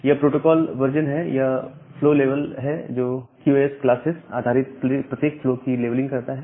यह protocol version है यह फ्लो लेवल है जो क्यूओएस क्लासेस आधारित प्रत्येक फ्लो की लेवलिंग करता है